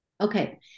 Okay